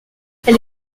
elle